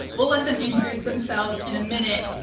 we'll let them introduce themselves in a minute,